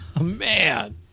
Man